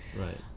Right